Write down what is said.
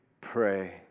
pray